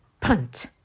Punt